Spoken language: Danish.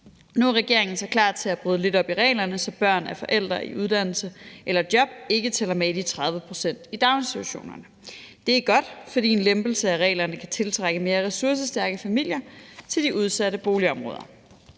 Nu er regeringen så klar til at bryde lidt op i reglerne, så børn af forældre i uddannelse eller job ikke tæller med i de 30 pct. i daginstitutionerne. Det er godt, fordi en lempelse af reglerne kan tiltrække mere ressourcestærke familier til de udsatte boligområder.